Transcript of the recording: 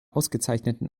ausgezeichneten